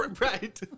Right